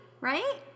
right